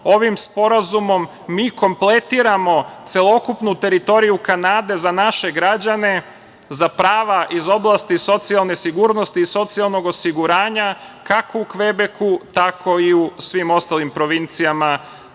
sporazumom mi kompletiramo celokupnu teritoriju Kanade za naše građane, za prava iz oblasti socijalne sigurnosti i socijalnog osiguranja, kako u Kvebeku tako i u svim ostalim provincijama na